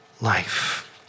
life